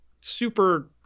super